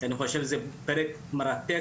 אני חושב שזה פרק מרתק,